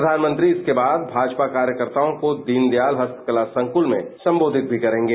प्रधानमंत्री इसके बाद भाजपा कार्यकर्ताओं को दीनदयाल हस्तकला संकृत में संबोधित करेंगे